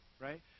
right